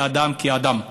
לאדם כאדם.